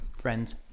friends